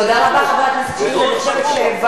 תודה רבה, חבר הכנסת שטרית.